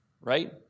right